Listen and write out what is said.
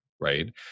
right